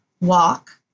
walk